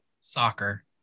soccer